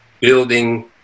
building